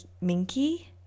Minky